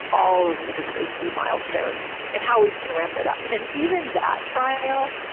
all of the safety milestones and how we can ramp it up. and even that trial,